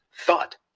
thought